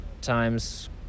times